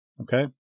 Okay